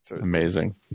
amazing